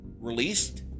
released